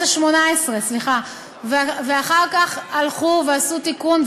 השמונה-עשרה, ואחר כך הלכו ועשו תיקון.